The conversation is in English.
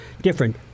different